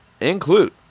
include